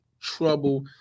trouble